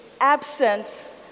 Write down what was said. absence